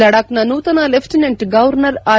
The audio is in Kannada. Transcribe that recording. ಲಡಾಕ್ನ ನೂತನ ಲೆಫ್ಟಿನೆಂಟ್ ಗೌರ್ನರ್ ಆರ್